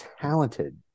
talented